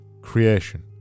Creation